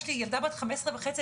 יש לי ילדה בת 15 וחצי,